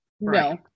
No